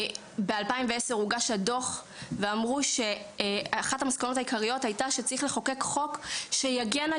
ב-2010 הוגש הדוח ואת המסקנות העיקריות היתה שצריך לחוקק חוק שיגן על